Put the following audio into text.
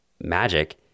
magic